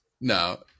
No